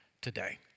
today